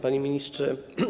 Panie Ministrze!